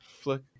Flick